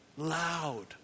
loud